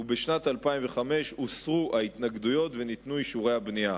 ובשנת 2005 הוסרו ההתנגדויות וניתנו אישורי הבנייה.